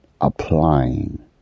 applying